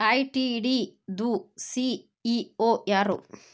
ITD ದು CEO ಯಾರು?